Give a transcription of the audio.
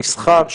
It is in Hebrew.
מסחר,